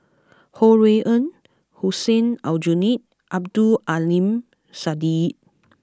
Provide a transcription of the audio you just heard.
Ho Rui An Hussein Aljunied Abdul Aleem Siddique